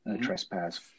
trespass